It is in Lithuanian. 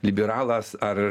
liberalas ar